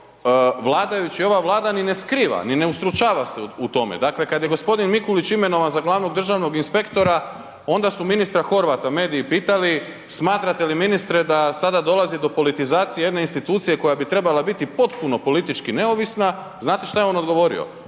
vladajući i ova Vlada ni ne skriva, ni ne ustručava se u tome. Dakle, kad je g. Mikulić imenovan za glavnog državnog inspektora, onda su ministra Horvata mediji pitali, smatrate li ministre da sada dolazi do politizacije jedne institucije koja bi trebala potpuno politički neovisna. Znate šta je on odgovorio?